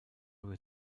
will